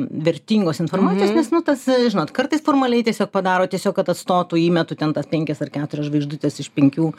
vertingos informacijos nes nu tas žinot kartais formaliai tiesiog padaro tiesiog kad atstotų įmetu ten tas penkias ar keturias žvaigždutes iš penkių